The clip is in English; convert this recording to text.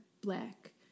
black